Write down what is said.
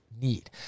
need